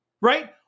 Right